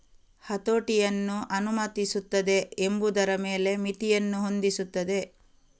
ಹತೋಟಿಯನ್ನು ಅನುಮತಿಸುತ್ತದೆ ಎಂಬುದರ ಮೇಲೆ ಮಿತಿಯನ್ನು ಹೊಂದಿಸುತ್ತದೆ